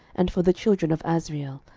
and for the children of asriel,